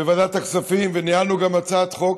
בוועדת הכספים, וניהלנו גם הצעת חוק.